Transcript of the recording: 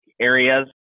areas